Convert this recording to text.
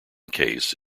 case